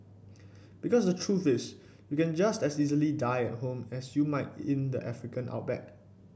because the truth is you can just as easily die at home as you might in the African outback